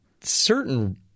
certain